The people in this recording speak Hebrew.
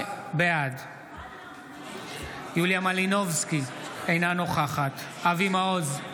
בעד יוליה מלינובסקי, אינה נוכחת אבי מעוז,